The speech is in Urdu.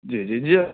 جی جی جی